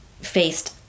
faced